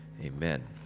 Amen